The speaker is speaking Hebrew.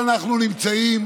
לכן אני מופתע,